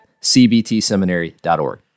cbtseminary.org